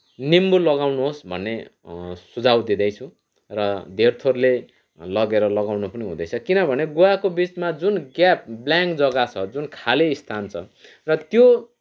निम्बू लगाउनुहोस् भन्ने सुझाउ दिँदैछु र धेर थोरले लगेर लगाउनु पनि हुँदैछ किनभने गुवाको बिचमा जुन ग्याप ब्लाङ्क जग्गा छ जुन खालि स्थान छ र त्यो